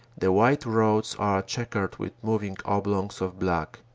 the white roads are chequered vith moving oblongs of black.